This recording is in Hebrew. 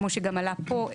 כמו שגם עלה פה,